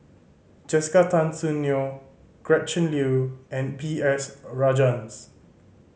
Jessica Tan Soon Neo Gretchen Liu and B S Rajhans